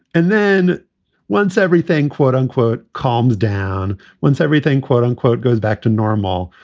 and then once everything, quote unquote, calmed down, once everything quote unquote goes back to normal,